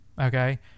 okay